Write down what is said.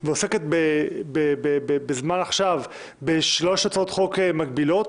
ועוסקת עכשיו בשלוש הצעות חוק מקבילות.